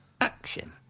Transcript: Action